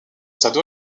stade